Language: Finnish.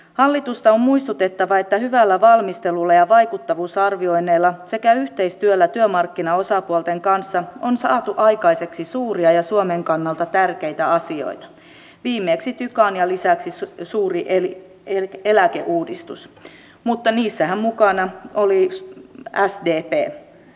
hallitusta on muistutettava että hyvällä valmistelulla ja vaikuttavuusarvioinneilla sekä yhteistyöllä työmarkkinaosapuolten kanssa on saatu aikaiseksi suuria ja suomen kannalta tärkeitä asioita viimeksi tyka ja lisäksi suuri eläkeuudistus mutta niissähän mukana oli sdp